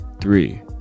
three